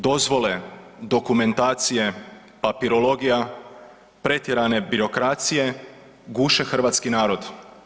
Dozvole, dokumentacije, papirologija, pretjerane birokracije guše hrvatski narod.